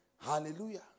Hallelujah